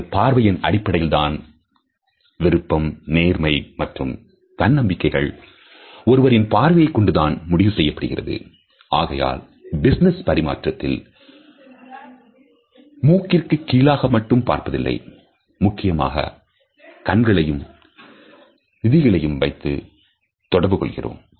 நமது பார்வையின் அடிப்படையில் தான் விருப்பம் நேர்மை மற்றும் தன்னம்பிக்கையை ஒருவரின்பார்வையைக் கொண்டுதான் முடிவு செய்யப்படுகிறது ஆகையால் பிஸ்னஸ் பரிமாற்றத்தில் மூக்கிற்கு கீழாக மட்டும் பார்த்ததில்லை முக்கியமாக கண்களையும் நிதியையும் வைத்து தொடர்பு மேற்கொள்கிறோம்